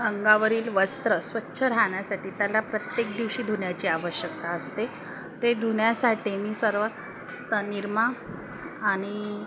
अंगावरील वस्त्र स्वच्छ राहण्यासाठी त्याला प्रत्येक दिवशी धुण्याची आवश्यकता असते ते धुण्यासाठी मी सर्वस्त निरमा आणि